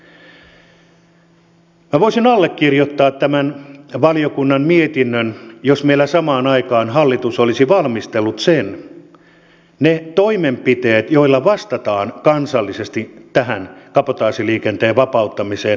minä voisin allekirjoittaa tämän valiokunnan mietinnön jos meillä samaan aikaan hallitus olisi valmistellut ne toimenpiteet joilla vastataan kansallisesti tähän kabotaasiliikenteen vapauttamiseen nyt tällä lainsäädännöllä